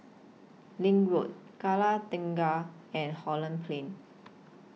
LINK Road Kallang Tengah and Holland Plain